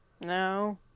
No